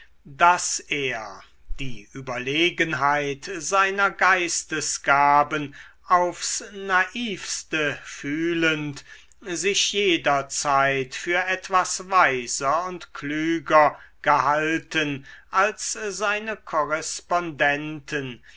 daß er die überlegenheit seiner geistesgaben aufs naivste fühlend sich jederzeit für etwas weiser und klüger gehalten als seine korrespondenten